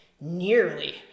nearly